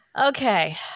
Okay